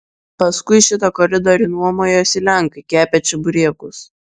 paskui šitą koridorių nuomojosi lenkai kepę čeburekus